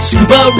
Scuba